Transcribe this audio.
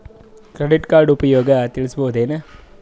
Credit card ಉಪಯೋಗ ತಿಳಸಬಹುದೇನು?